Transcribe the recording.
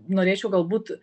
norėčiau galbūt